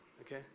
okay